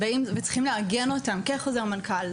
שצריך לעגן אותם כחוזר מנכ"ל,